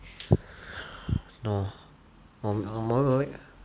no 我没有